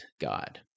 God